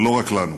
ולא רק לנו.